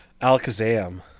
Alakazam